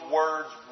words